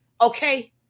Okay